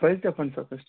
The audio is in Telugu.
ప్రైస్ చెప్పండి సార్ ఫస్ట్